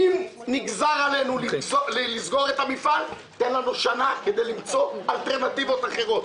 אם נגזר עלינו לסגור את המפעל תן לנו שנה כדי למצוא אלטרנטיבות אחרות.